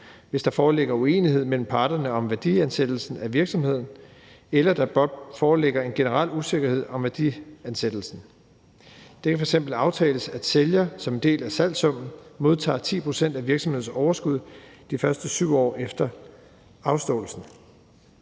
hvis der foreligger uenighed mellem parterne om værdiansættelsen af virksomheden, eller hvis der blot foreligger en generel usikkerhed om værdiansættelsen. Det kan f.eks. aftales, at sælger som en del af salgssummen modtager 10 pct. af virksomhedens overskud de første 7 år efter afståelsen.